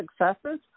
successes